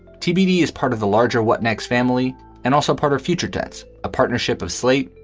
tbd is part of the larger what next family and also part of future tense, a partnership of slate,